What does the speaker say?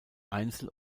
einzeln